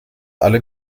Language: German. alle